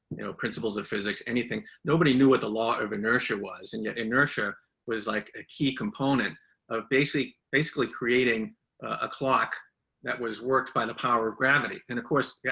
you know, principles of physics, anything, nobody knew what the law of inertia was. and yet inertia was like a key component of basic basically creating a clock that was worked by the power of gravity. and of course, yeah